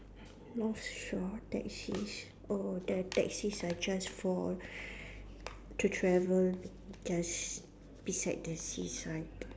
North Shore taxis oh the taxis are just for to travel just beside the seaside